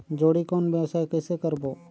जोणी कौन व्यवसाय कइसे करबो?